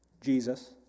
Jesus